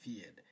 feared